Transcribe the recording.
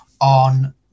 on